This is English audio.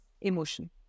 emotion